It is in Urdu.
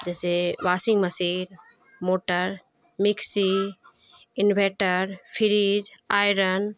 جیسے washing machine motor mixie inverter fridge iron